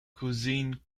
cuisine